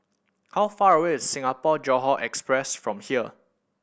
how far away is Singapore Johore Express from here